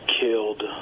killed